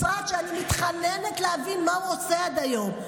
משרד שאני מתחננת להבין מה הוא עושה עד היום,